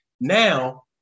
Now